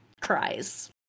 cries